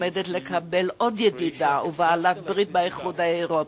עומדת לקבל עוד ידידה ובעלת-ברית באיחוד האירופי.